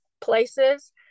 places